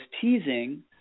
teasing